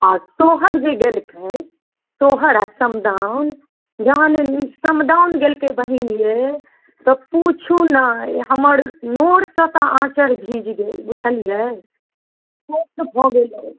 आ सोहर जे गेलकै सोहर आओर समदाओन जखन समदाओन गैलकै बहीन यै तऽ पूछु नहि हमर नोरसँ तऽ आँचर भीज गेल बुझलियै भऽ गेलहुँ